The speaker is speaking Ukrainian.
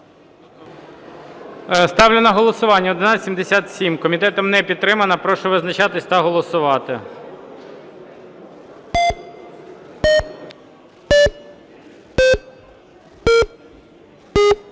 Ставлю на голосування 1177. Комітетом не підтримана. Прошу визначатись та голосувати.